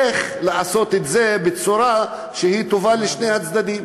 איך לעשות את זה בצורה שהיא טובה לשני הצדדים,